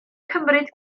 cymryd